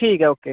ठीक ऐ ओके